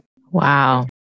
Wow